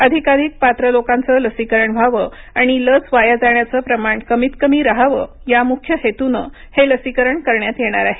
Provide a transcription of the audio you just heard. अधिकाधिक पात्र लोकांचं लसीकरण व्हावं आणि लस वाया जाण्याचं प्रमाण कमीत कमी राहावं या मुख्य हेतूनं हे लसीकरण करण्यात येणार आहे